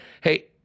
Hey